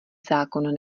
zákon